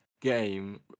game